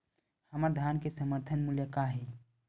हमर धान के समर्थन मूल्य का हे?